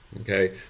Okay